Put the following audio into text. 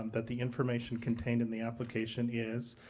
um that the information contained in the application is,